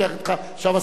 עכשיו השר מדבר,